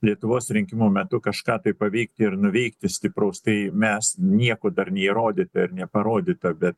lietuvos rinkimų metu kažką tai paveikti ir nuveikti stipraus tai mes nieko dar neįrodyta ir neparodyta bet